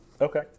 okay